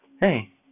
hey